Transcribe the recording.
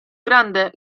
grande